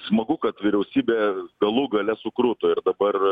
smagu kad vyriausybė galų gale sukruto ir dabar